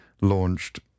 launched